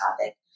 topic